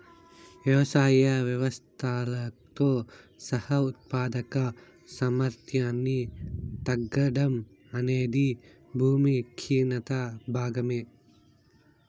వ్యవసాయ వ్యవస్థలతో సహా ఉత్పాదక సామర్థ్యాన్ని తగ్గడం అనేది భూమి క్షీణత భాగమే